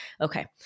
Okay